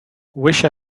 wish